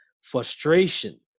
frustration